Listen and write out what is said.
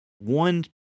one